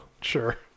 Sure